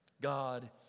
God